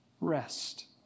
rest